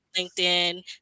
LinkedIn